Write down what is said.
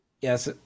Yes